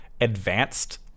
advanced